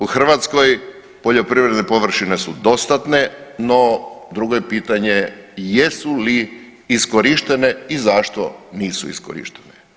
U Hrvatskoj poljoprivredne površine su dostatne no drugo je pitanje jesu li iskorištene i zašto nisu iskorištene.